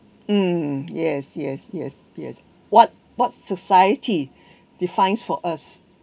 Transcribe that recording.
mm yes yes yes yes what what society defines for us